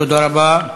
תודה רבה.